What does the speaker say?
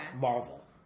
Marvel